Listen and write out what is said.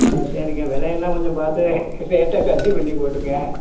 ஆ சரிங்க விலையெல்லாம் கொஞ்சம் பார்த்து ரேட்டை கம்மி பண்ணி போடுங்கள்